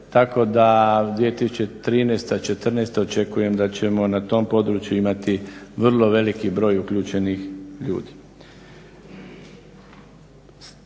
tako da 2013., 2014.očekujem da ćemo na tom području imati vrlo veliki broj uključenih ljudi.